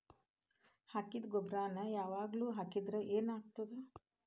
ಹಾಕಿದ್ದ ಗೊಬ್ಬರಾನೆ ಯಾವಾಗ್ಲೂ ಹಾಕಿದ್ರ ಏನ್ ಆಗ್ತದ?